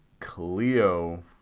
Cleo